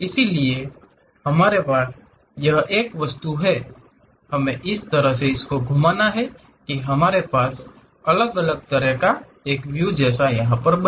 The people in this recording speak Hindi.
इसलिए हमारे पास यह एक वस्तु है हमें इस तरह से घूमना है कि हमारे पास एक अलग तरह का व्यू ऐसा बने